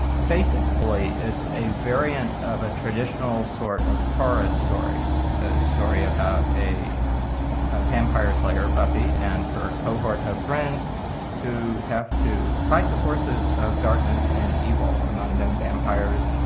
basically it's a variant of a traditional sort of horror story, a story about a a vampire slayer, buffy, and her cohort of friends who have to fight the forces of darkness and evil, among them vampires,